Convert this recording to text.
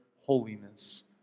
holiness